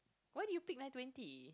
why did you pick nine twenty